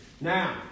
Now